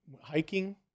hiking